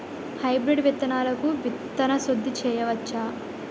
Hybrid విత్తనాలకు విత్తన శుద్ది చేయవచ్చ?